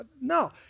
No